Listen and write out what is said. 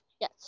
Yes